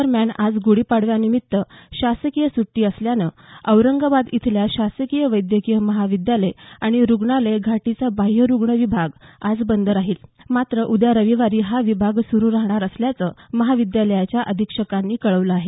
दरम्यान आज गुढीपाडव्यानिमित्त शासकीय सुटी असल्यानं औरंगाबाद इथल्या शासकीय वैद्यकीय महाविद्यालय आणि रूग्णालय घाटीचा बाह्यरूग्ण विभाग आज बंद राहील मात्र उद्या रविवारी हा विभाग सुरू राहणार असल्याचं महाविद्यालयाच्या अधीक्षकांनी कळवलं आहे